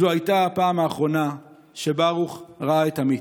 זו הייתה הפעם האחרונה שברוך ראה את עמית.